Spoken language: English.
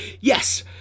Yes